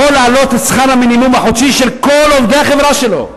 יכול להעלות את שכר המינימום החודשי של כל עובדי החברה שלו.